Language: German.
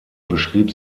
beschrieb